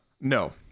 no